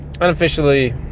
unofficially